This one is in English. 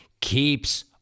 Keeps